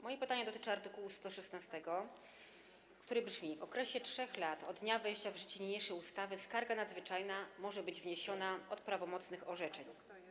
Moje pytanie dotyczy art. 116, który brzmi: W okresie 3 lat od dnia wejścia w życie niniejszej ustawy skarga nadzwyczajna może być wniesiona od prawomocnych orzeczeń.